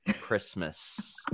Christmas